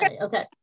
Okay